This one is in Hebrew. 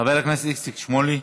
חבר הכנסת איציק שמולי,